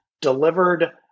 delivered